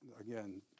again